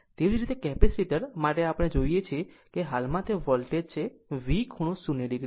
તેવી જ રીતે કેપેસિટર માટે આપણે જોઈએ છીએ કે હાલમાં તે વોલ્ટેજ છે V ખૂણો 0 jXC